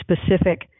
specific